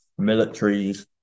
militaries